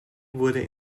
wurde